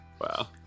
wow